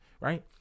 Right